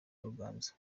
ruganzu